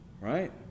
Right